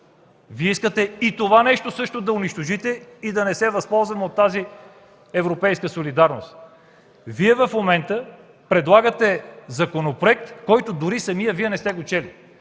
Вие искате и това нещо също да унищожите и да не се възползваме от тази европейска солидарност! В момента предлагате законопроект, който дори самият Вие не сте чели.